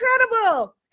incredible